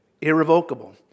Irrevocable